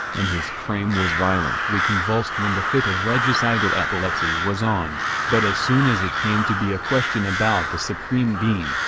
and his frame was violently convulsed when the fit of regicidal epilepsy was on but as soon as it came to be a question about the supreme being,